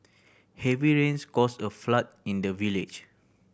heavy rains caused a flood in the village